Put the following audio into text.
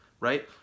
right